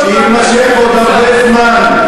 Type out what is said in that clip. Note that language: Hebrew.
ננסה לא, שיימשך עוד הרבה זמן,